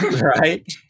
Right